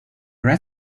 red